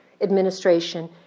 administration